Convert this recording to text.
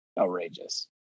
outrageous